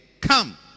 come